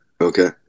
okay